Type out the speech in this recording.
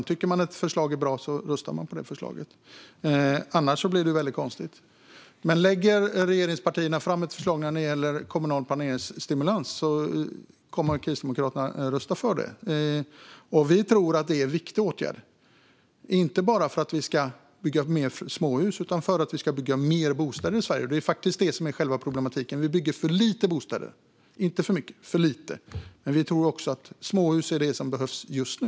Tycker man att ett förslag är bra röstar man på detta förslag. Annars blir det mycket konstigt. Om regeringspartierna lägger fram ett förslag när det gäller kommunal planeringsstimulans kommer Kristdemokraterna att rösta på det. Vi tror att det är en viktig åtgärd, inte bara för att vi ska bygga mer småhus utan för att vi ska bygga mer bostäder i Sverige. Det är faktiskt detta som är själva problematiken, alltså att vi bygger för lite bostäder och inte för mycket. Men vi tror också att småhus är det som behövs just nu.